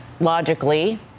logically